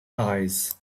eyes